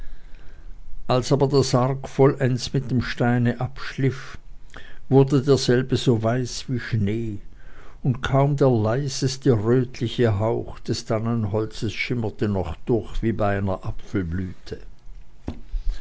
als er aber den sarg vollends mit dem steine abschliff wurde derselbe so weiß wie schnee und kaum der leiseste rötliche hauch des tannenholzes schimmerte noch durch wie bei einer apfelblüte